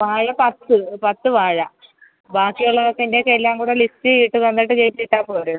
വാഴ പത്ത് പത്ത് വാഴ ബാക്കി വളത്തിന്റെയൊക്കെ എല്ലാംകൂടെ ലിസ്റ്റ് ചെയ്തിട്ട് തന്നിട്ട് ചേച്ചി ഇട്ടാൽ പോരെ